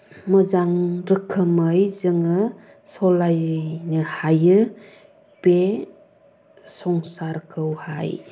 मोजां रोखोमै जोङो सलायनो हायो बे संसारखौहाय